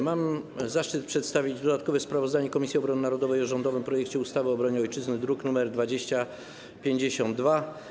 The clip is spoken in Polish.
Mam zaszczyt przedstawić dodatkowe sprawozdanie Komisji Obrony Narodowej o rządowym projekcie ustawy o obronie Ojczyzny, druk nr 2052.